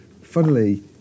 funnily